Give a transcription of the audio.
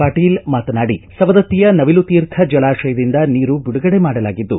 ಪಾಟೀಲ ಮಾತನಾಡಿ ಸವದಕ್ತಿಯ ನವಿಲುತೀರ್ಥ ಜಲಾತಯದಿಂದ ನೀರು ಬಿಡುಗಡೆ ಮಾಡಲಾಗಿದ್ದು